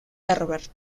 herbert